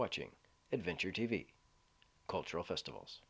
watching adventure t v cultural festivals